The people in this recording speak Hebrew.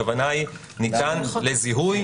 הכוונה היא ניתן לזיהוי,